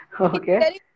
Okay